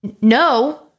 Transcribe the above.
no